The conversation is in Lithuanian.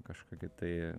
kažkokį tai